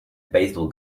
baseball